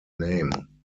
name